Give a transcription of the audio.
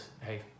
hey